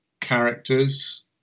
characters